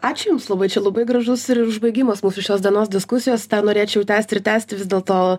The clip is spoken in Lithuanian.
ačiū jums labai čia labai gražus ir užbaigimas mūsų šios dienos diskusijos tą norėčiau tęsti ir tęsti vis dėlto